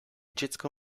dziecko